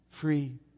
Free